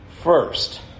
First